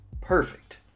perfect